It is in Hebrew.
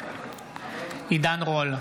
עידן רול,